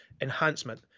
enhancement